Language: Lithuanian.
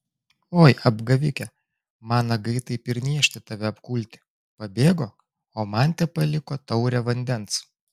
oi apgavike man nagai taip ir niežti tave apkulti pabėgo o man tepaliko taurę vandens